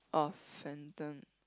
oh phantom